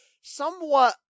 somewhat